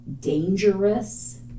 dangerous